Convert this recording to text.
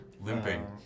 limping